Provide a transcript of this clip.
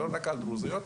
לא רק דרוזיות,